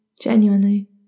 genuinely